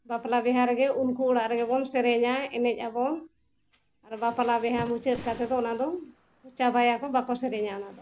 ᱵᱟᱯᱞᱟ ᱵᱤᱦᱟᱹ ᱨᱮᱜᱮ ᱩᱱᱠᱩ ᱚᱲᱟᱜ ᱨᱮᱜᱮᱵᱚᱱ ᱥᱮᱨᱮᱧᱟ ᱮᱱᱮᱡ ᱟᱵᱚᱱ ᱟᱨ ᱵᱟᱯᱞᱟ ᱵᱤᱦᱟᱹ ᱢᱩᱪᱟᱹᱫ ᱠᱟᱛᱮ ᱫᱚ ᱚᱱᱟᱫᱚ ᱪᱟᱵᱟᱭᱟᱠᱚ ᱵᱟᱠᱚ ᱥᱮᱨᱮᱧᱟ ᱚᱱᱟᱫᱚ